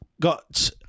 Got